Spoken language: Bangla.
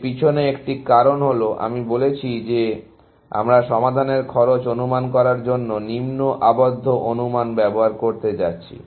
এর পিছনে একটি কারণ হল আমি বলেছি যে আমরা সমাধানের খরচ অনুমান করার জন্য নিম্ন আবদ্ধ অনুমান ব্যবহার করতে যাচ্ছি